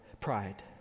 pride